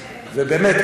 ובאמת,